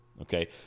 okay